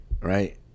right